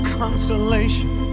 consolation